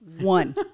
one